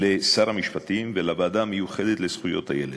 לשר המשפטים ולוועדה המיוחדת לזכויות הילד.